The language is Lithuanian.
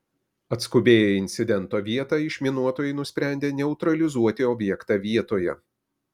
atskubėję į incidento vietą išminuotojai nusprendė neutralizuoti objektą vietoje